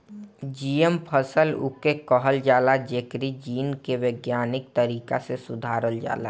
GM फसल उके कहल जाला जेकरी जीन के वैज्ञानिक तरीका से सुधारल जाला